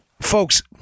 Folks